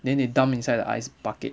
then they dump inside the ice bucket